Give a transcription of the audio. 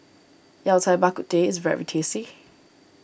Yao Cai Bak Kut Teh is very tasty